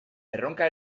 erronka